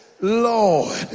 Lord